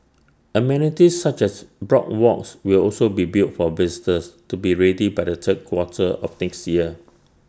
amenities such as boardwalks will also be built for visitors to be ready by the third quarter of next year